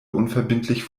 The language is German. unverbindlich